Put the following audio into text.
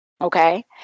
okay